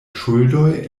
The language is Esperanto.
ŝuldoj